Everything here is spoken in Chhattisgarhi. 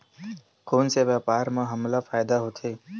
कोन से व्यापार म हमला फ़ायदा होथे?